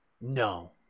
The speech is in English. No